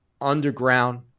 underground